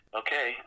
okay